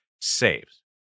Saves